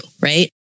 Right